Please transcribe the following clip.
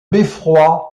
beffroi